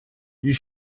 you